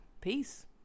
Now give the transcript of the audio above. Peace